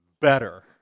better